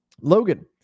Logan